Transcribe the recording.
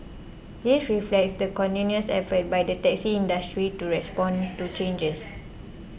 this reflects the continuous efforts by the taxi industry to respond to changes